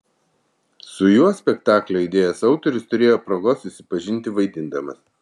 su juo spektaklio idėjos autorius turėjo progos susipažinti vaidindamas